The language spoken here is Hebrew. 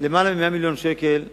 שיותר מ-100 מיליון שקל עוברים,